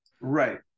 Right